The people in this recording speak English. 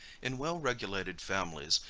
in well regulated families,